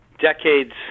decades